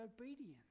obedience